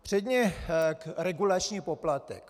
Předně regulační poplatek.